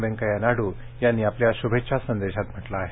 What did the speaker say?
वेंकय्या नायड्र यांनी आपल्या श्भेच्छा संदेशात म्हटलं आहे